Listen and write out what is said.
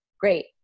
great